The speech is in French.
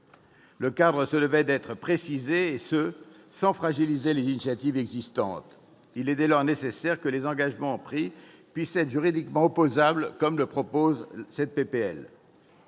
Le cadre se devait d'être précisé, et ce sans fragiliser les initiatives existantes. Il est dès lors nécessaire que les engagements pris puissent être juridiquement opposables comme le prévoit cette